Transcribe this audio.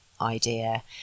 idea